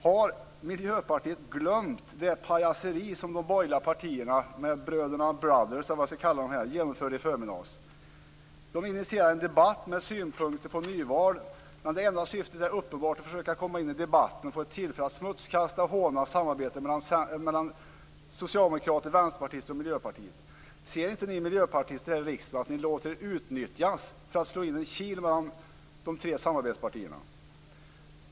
Har Miljöpartiet glömt det pajaseri som de borgerliga partierna med Bröderna Brothers genomförde i förmiddags? De initierade en debatt med synpunkter på nyval. Det enda syftet var dock att försöka komma in i debatten och få tillfälle att smutskasta och håna samarbetet mellan Socialdemokraterna, Vänsterpartiet och Miljöpartiet. Ser inte ni miljöpartister här i riksdagen att ni låter er utnyttjas för att slå in en kil mellan de tre samarbetspartierna?